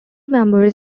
members